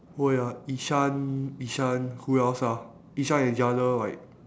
oh ya ishan ishan who else ah ishan and jia-le right